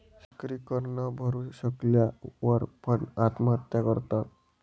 शेतकरी कर न भरू शकल्या वर पण, आत्महत्या करतात